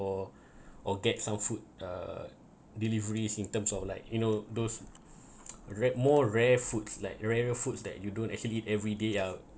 or or get some food uh deliveries in terms of like you know those read more rare foods like rare foods that you don't actually everyday uh